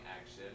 action